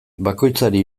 bakoitzari